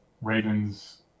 Ravens